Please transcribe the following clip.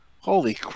Holy